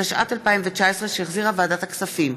התשע"ט 2019, שהחזירה ועדת הכספים,